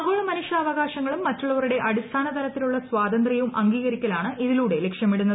ആഗോള മനുഷ്യാവകാശങ്ങളും മറ്റുള്ളവരുടെ അടിസ്ഥാന തലത്തിലുള്ള സ്വാതന്ത്ര്യവും അംഗീകരിക്കലാണ് ഇതിലൂടെ ലക്ഷ്യമിടുന്നത്